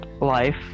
life